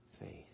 faith